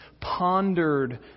pondered